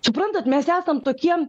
suprantat mes esam tokie